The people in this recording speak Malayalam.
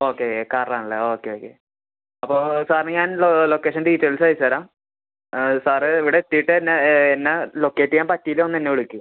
ഓക്കെ കാർലാണല്ലേ ഓക്കെ ഓക്കെ അപ്പോൾ സാറിന് ഞാൻ ലൊ ലൊക്കേഷൻ ഡീറ്റെയിൽസയച്ചരാം സാറ് ഇവിടെത്തീട്ടെന്നെ എന്നെ ലൊക്കേറ്റ് ചെയ്യാൻ പറ്റീല്ലെ ഒന്നെന്നെ വിളിക്ക്